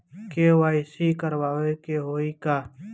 KYC करावे के होई का?